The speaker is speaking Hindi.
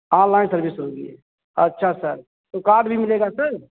ऑनलाइन सर्विस होगी अच्छा सर तो कार्ड भी मिलेगा सर